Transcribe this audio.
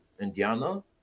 Indiana